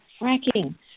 fracking